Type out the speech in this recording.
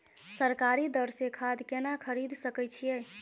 सरकारी दर से खाद केना खरीद सकै छिये?